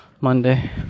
Monday